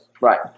Right